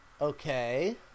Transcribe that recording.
Okay